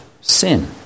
sin